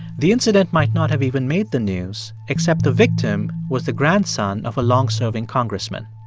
the incident might not have even made the news, except the victim was the grandson of a long-serving congressman.